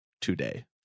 today